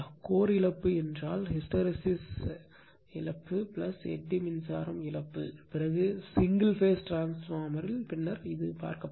core இழப்பு என்றால் hysteresis இழப்பு எடி மின்சாரம் இழப்பு பிறகு சிங்கிள் பேஸ் டிரான்ஸ்பார்மர்யில் பின்னர் பார்க்கப்படும்